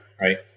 right